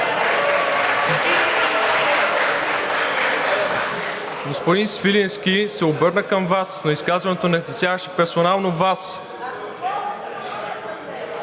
Господин Свиленски се обърна към Вас, но изказването не засягаше персонално Вас.